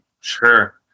Sure